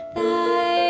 thy